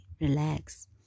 relax